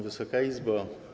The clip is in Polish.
Wysoka Izbo!